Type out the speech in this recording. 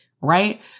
right